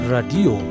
Radio